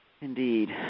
Indeed